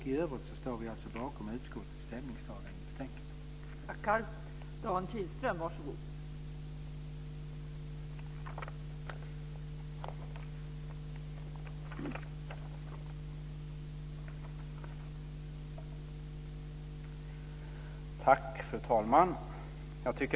I övrigt står vi bakom utskottets ställningstagande i betänkandet.